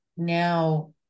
Now